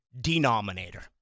denominator